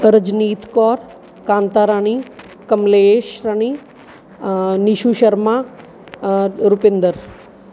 Rajneet Kaur Kanta Rani Kamlesh Rani Nishu Sharma Rupinder